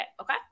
Okay